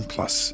Plus